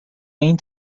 این